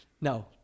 No